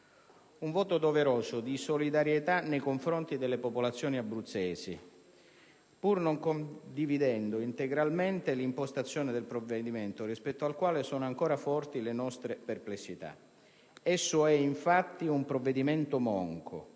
Un voto doveroso di solidarietà nei confronti delle popolazioni abruzzesi, pur non condividendo integralmente l'impostazione del provvedimento, rispetto al quale sono ancora forti le nostre perplessità. Esso è, infatti, un provvedimento monco;